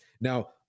Now